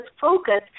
focus